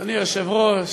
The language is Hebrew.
אדוני היושב-ראש,